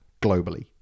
Globally